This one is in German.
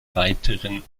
weiteren